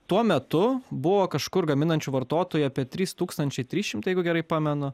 tuo metu buvo kažkur gaminančių vartotojų apie trys tūkstančiai trys šimtai jeigu gerai pamenu